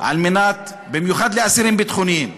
במיוחד לאסירים ביטחוניים.